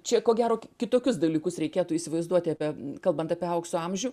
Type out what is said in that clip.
čia ko gero kitokius dalykus reikėtų įsivaizduoti apie kalbant apie aukso amžių